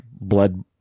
blood